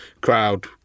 Crowd